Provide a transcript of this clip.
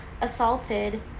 assaulted